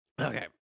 Okay